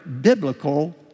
biblical